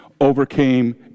overcame